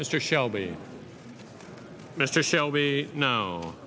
mr shelby mr shelby no